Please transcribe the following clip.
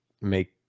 make